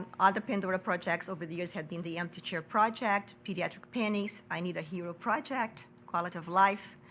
other pandora projects over the years have been the empty chair project, pediatric pennies, i need a hero project, quality of life.